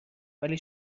ولی